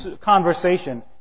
conversation